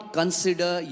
consider